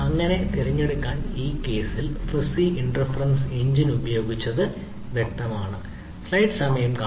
അങ്ങനെ പലതും തിരഞ്ഞെടുക്കാൻ ഈ കേസിൽ ഫസി ഇൻഫെറെൻസ് എഞ്ചിൻ ഉപയോഗിച്ച് വ്യക്തമാണ്